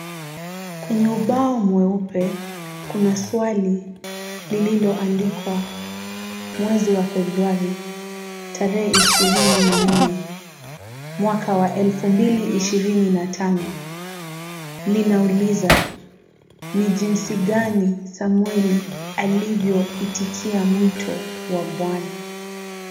Kwenye ubao mweupe, kuna swali lililoandikwa, 24/2/2025, linauliza ni jinsi gani Samuel alivyoitikia mwito wa bwana.